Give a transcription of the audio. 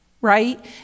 right